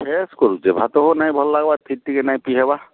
fresh କରୁଛେ ଭାତ ଭଲ୍ ନାହିଁ ଭଲ୍ ଲାଗବା ଖିରୀ ଟିକେ ନାହିଁ ପି ହେବା